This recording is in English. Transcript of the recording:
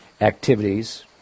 activities